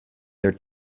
their